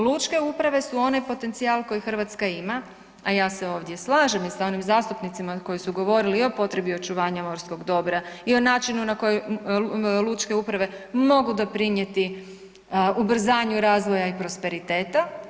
Lučke uprave su onaj potencijal koji Hrvatska ima, a ja se ovdje slažem i sa onim zastupnicima koji su govorili i o potrebi očuvanja morskog dobra i o načinu na koji lučke uprave mogu doprinijeti ubrzanju razvoja i prosperiteta.